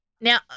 Now